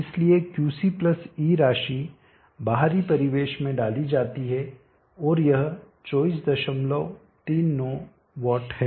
इसलिए Qc E राशि बाहरी परिवेश में डाली जाती है और यह 2439 वाट है